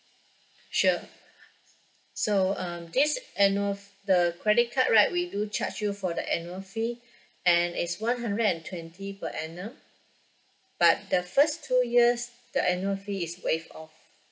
sure so um this annual f~ the credit card right we do charge you for the annual fee and it's one hundred and twenty per annum but the first two years the annual fee is waived off